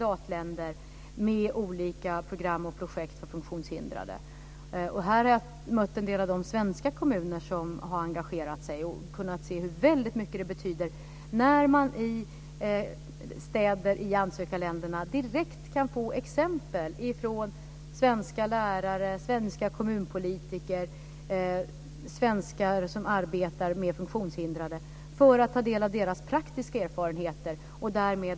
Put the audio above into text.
Jag tror att man har bättrat sig när det gäller funktionshindrade av olika slag som inte har hamnat på institution, men man glömmer nog gärna bort dem som redan är på institution och kanske har bott där hela livet. Jag tror inte att man kan avveckla institutioner över en natt. Det kan man inte göra. Det kommer inte att fungera, utan man måste naturligtvis se till att förhållandena på de här institutionerna blir mycket bättre.